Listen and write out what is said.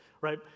right